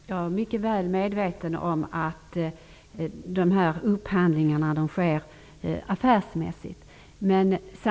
Herr talman! Jag är väl medveten om att upphandlingarna sker affärsmässigt.